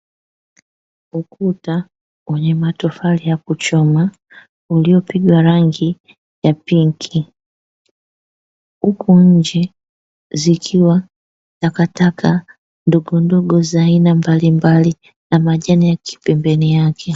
Ukuta wenye matofali ya kuchoma uliyopigwa rangi ya pinki, huku nje, zikiwa takataka ndogondogo za aina mbalimbali na majani yakiwa pembeni yake.